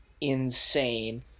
insane